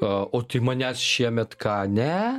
o tai manęs šiemet ką ne